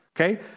okay